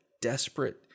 desperate